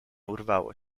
urwało